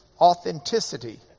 Authenticity